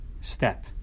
step